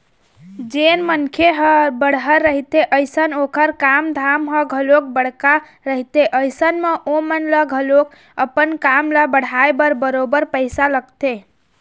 जेन मनखे ह बड़हर रहिथे अइसन ओखर काम धाम ह घलोक बड़का रहिथे अइसन म ओमन ल घलोक अपन काम ल बढ़ाय बर बरोबर पइसा लगथे